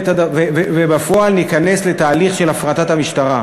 ובפועל ניכנס לתהליך של הפרטת המשטרה.